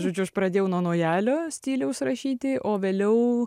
žodžiu aš pradėjau nuo naujalio stiliaus rašyti o vėliau